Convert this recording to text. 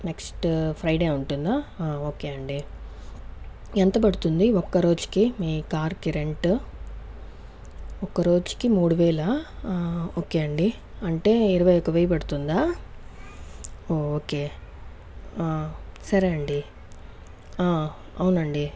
next Friday ఉంటుందా okay అండి ఎంత పడుతుంది ఒక్క రోజుకి మీ కార్ కి రెంట్ ఒక రోజుకి మూడు వేల ఓకే అండి అంటే ఇరవై ఒక్క వెయ్యి పడుతుందా ఓకే సరే అండి అవునండి